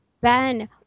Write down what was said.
Ben